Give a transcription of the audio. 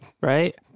right